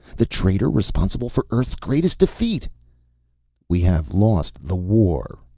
the traitor responsible for earth's greatest defeat we have lost the war,